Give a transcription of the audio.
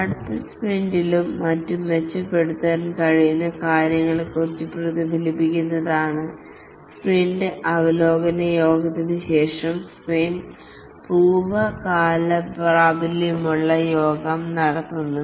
അടുത്ത സ്പ്രിന്റിലും മറ്റും മെച്ചപ്പെടുത്താൻ കഴിയുന്ന കാര്യങ്ങളെക്കുറിച്ച് പ്രതിഫലിപ്പിക്കുന്നതിനാണ് സ്പ്രിന്റ് അവലോകന യോഗത്തിനു ശേഷം സ്പ്രിന്റ് പൂർവ്വകലാപ്രബല്യമുള്ള യോഗം നടത്തുന്നത്